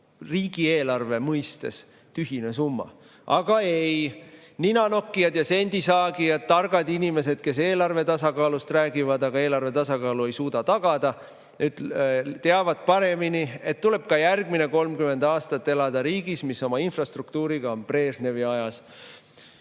riigieelarve mõistes tühine summa. Aga ei, ninanokkijad ja sendisaagijad, targad inimesed, kes eelarve tasakaalust räägivad, aga eelarve tasakaalu ei suuda tagada, teavad paremini, et tuleb ka järgmine 30 aastat elada riigis, mis oma infrastruktuuriga on Brežnevi ajas.